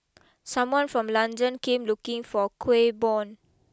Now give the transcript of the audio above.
someone from London came looking for Kuih Bom